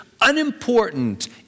unimportant